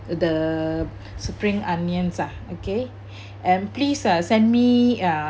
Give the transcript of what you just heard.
the spring onions ah okay and please uh send me uh